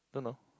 don't know